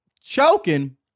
choking